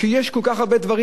כשיש כל כך הרבה דברים?